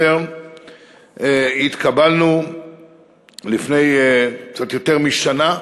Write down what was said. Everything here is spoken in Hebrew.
CERN. התקבלנו לפני קצת יותר משנה,